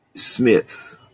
Smith